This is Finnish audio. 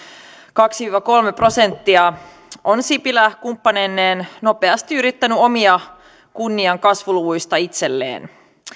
kaksi viiva kolme prosenttia on sipilä kumppaneineen nopeasti yrittänyt omia kunnian kasvuluvuista itselleen